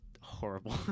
horrible